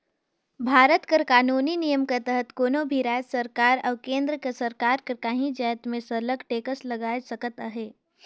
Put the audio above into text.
भारत कर कानूनी नियम कर तहत कोनो भी राएज सरकार अउ केन्द्र कर सरकार हर काहीं जाएत में सरलग टेक्स लगाए सकत अहे